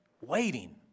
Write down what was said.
waiting